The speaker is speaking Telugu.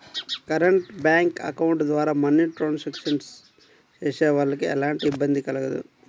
కరెంట్ బ్యేంకు అకౌంట్ ద్వారా మనీ ట్రాన్సాక్షన్స్ చేసేవాళ్ళకి ఎలాంటి ఇబ్బంది కలగదు